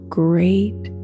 great